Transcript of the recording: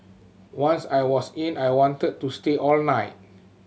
once I was in I wanted to stay all night